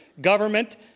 government